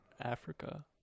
Africa